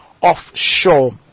offshore